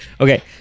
Okay